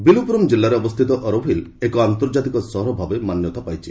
ବିଲୁପୁରମ ଜିଲ୍ଲାରେ ଅବସ୍ଥିତ ଅରୋଭିଲ୍ ଏକ ଆନ୍ତର୍ଜାତିକ ସହର ଭାବେ ମାନ୍ୟତା ପାଇଛି